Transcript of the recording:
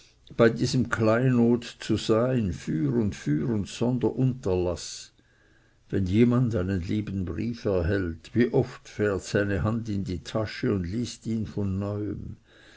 bei diesem kleinod zu sein für und für und sonder unterlaß wenn jemand einen lieben brief erhält wie oft fährt seine hand in die tasche und liest ihn von neuem